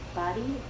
body